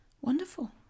Wonderful